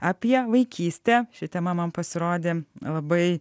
apie vaikystę ši tema man pasirodė labai